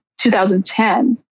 2010